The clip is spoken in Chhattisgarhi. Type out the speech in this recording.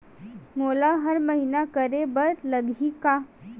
मोला हर महीना करे बर लगही का?